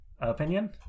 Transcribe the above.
opinion